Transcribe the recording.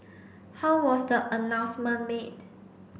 how was the announcement made